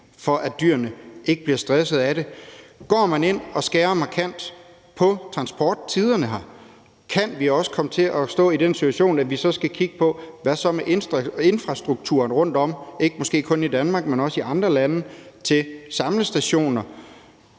for at dyrene ikke bliver stressede af det. Går man her ind og skærer markant ned på transporttiderne, kan vi også komme til at stå i den situation, at vi så skal kigge på, hvordan det så er med infrastrukturen rundtom, måske ikke kun i Danmark, men også i andre lande, til samlestationer.